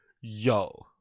Yo